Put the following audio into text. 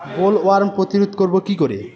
Bollworm প্রতিরোধ করব কি করে?